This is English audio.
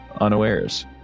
unawares